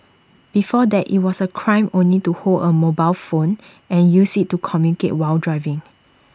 before that IT was A crime only to hold A mobile phone and use IT to communicate while driving